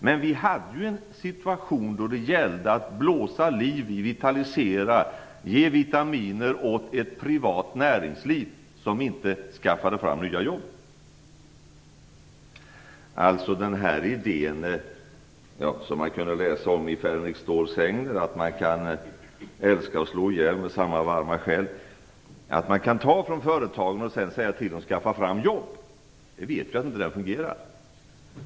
Men vi hade en situation då det gällde att blåsa liv i, vitalisera och ge vitaminer åt ett privat näringsliv för att skaffa fram de nya jobben. Idén att älska och slå ihjäl med samma varma själ som man kan läsa om i Fänrik Ståls sägner, alltså att man kan ta från företagen och sedan säga till dem att de skall skaffa fram jobb, vet jag inte hur den fungerar.